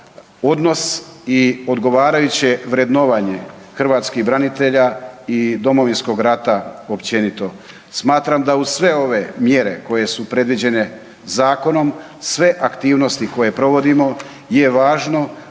odnos i odgovarajuće vrednovanje hrvatskih branitelja i Domovinskog rata općenito. Smatram da uz sve ove mjere koje su predviđene zakonom uz sve aktivnosti koje provodimo je važno